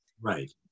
Right